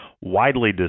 widely